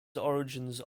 origins